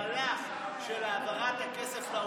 מהלך של העברת הכסף לעובדים,